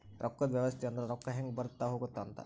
ರೊಕ್ಕದ್ ವ್ಯವಸ್ತೆ ಅಂದ್ರ ರೊಕ್ಕ ಹೆಂಗ ಬರುತ್ತ ಹೋಗುತ್ತ ಅಂತ